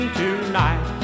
tonight